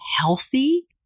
healthy